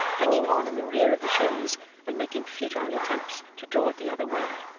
hanging on in the rear of the chaise and making futile attempts to draw it the other way,